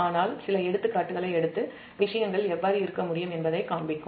ஆனால் சில எடுத்துக் காட்டுகளை எடுத்து விஷயங்கள் எவ்வாறு இருக்க முடியும் என்பதைக் காண்பிக்கும்